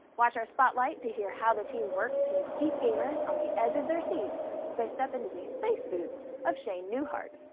watch our spotlight to hear how the team worked to keep gamers on the edge of their seats as they step into the space boots of shane newehart,